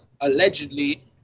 allegedly